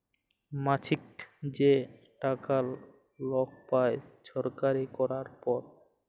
মাছিক যে টাকা লক পায় চাকরি ক্যরার পর